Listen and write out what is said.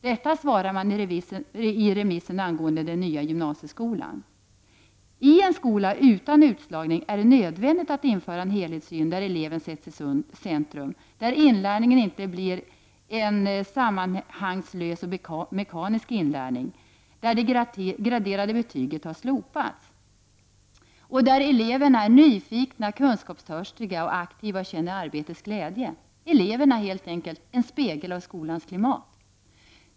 Detta svarar man i remissen angående ”Den nya gymnasieskolan”. I en skola utan utslagning är det nödvändigt att införa en helhetssyn, där eleven sätts i centrum där inlärningen inte blir en sammanhangslös och mekanisk inlärning, där det graderade betyget har slopats och där eleverna är nyfikna, kunskapstörstiga och aktiva och känner arbetets glädje. Eleverna är helt enkelt en spegel av skolans klimat.